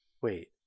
Wait